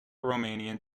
romanian